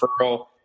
referral